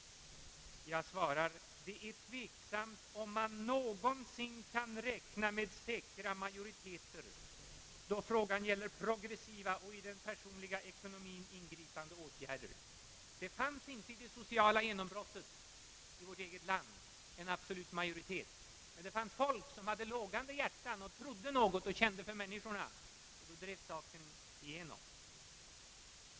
Jag svarar att det är tveksamt om man någonsin kan räkna med säkra majoriteter då frågan gäller progressiva och i den personliga ekonomien ingripande åtgärder. Det fanns inte i det sociala genombrottet i vårt eget land en absolut majoritet, men det fanns folk som hade lågande hjärtan och trodde något och kände för människorna. Så drevs saken igenom.